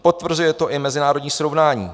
Potvrzuje to i mezinárodní srovnání.